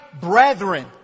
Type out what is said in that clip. brethren